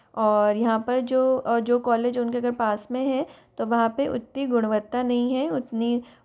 और यहाँ पर जो जो कॉलेज उन के घर पास में हैं तो वहाँ पर उतनी गुणवत्ता नहीं है उतनी